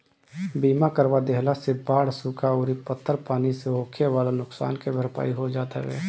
बीमा करवा देहला से बाढ़ सुखा अउरी पत्थर पानी से होखेवाला नुकसान के भरपाई हो जात हवे